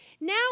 Now